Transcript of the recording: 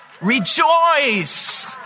Rejoice